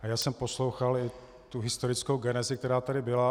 A já jsem poslouchal i tu historickou genezi, která tady byla.